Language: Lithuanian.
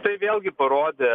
tai vėlgi parodė